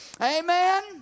Amen